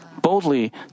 boldly